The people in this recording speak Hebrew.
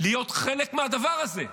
להיות חלק מהדבר הזה?